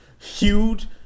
huge